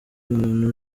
umuntu